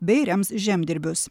bei rems žemdirbius